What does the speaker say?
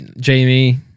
jamie